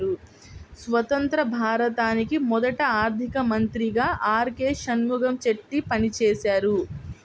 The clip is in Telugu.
స్వతంత్య్ర భారతానికి మొదటి ఆర్థిక మంత్రిగా ఆర్.కె షణ్ముగం చెట్టి పనిచేసారు